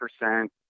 Percent